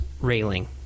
railing